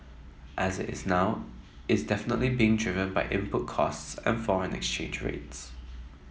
as it's now is definitely being driven by input costs and foreign exchange rates